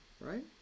right